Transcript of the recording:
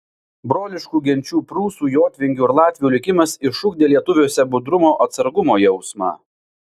broliškų genčių prūsų jotvingių ir latvių likimas išugdė lietuviuose budrumo atsargumo jausmą